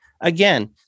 Again